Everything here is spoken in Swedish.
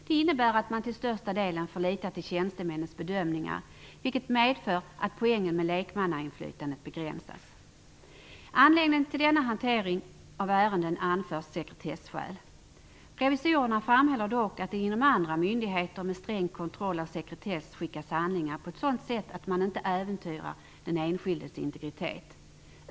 Det innebär att man till största delen får lita till tjänstemännens bedömningar, vilket medfört att poängen med lekmannainflytandet begränsats. Anledningen till denna hantering av ärenden anförs vara sekretesskäl. Revisorerna framhåller dock att det inom andra myndigheter med sträng kontroll av sekretess skickas handlingar på ett sådant sätt att man inte äventyrar den enskildes integritet.